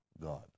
God